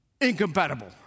incompatible